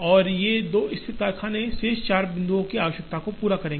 और ये दो स्थित कारखाने चार शेष बिंदुओं की आवश्यकता को पूरा करेंगे